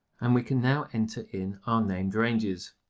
and we can now enter in our named ranges.